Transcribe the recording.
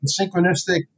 synchronistic